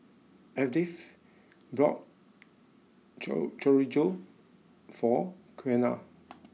Edyth bought chor Chorizo for Qiana